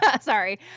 Sorry